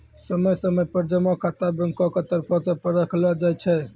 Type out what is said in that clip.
समय समय पर जमा खाता बैंको के तरफो से परखलो जाय छै